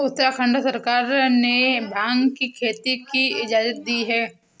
उत्तराखंड सरकार ने भाँग की खेती की इजाजत दी है